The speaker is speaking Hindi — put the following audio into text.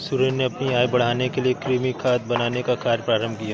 सुरेंद्र ने अपनी आय बढ़ाने के लिए कृमि खाद बनाने का कार्य प्रारंभ किया